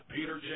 Peter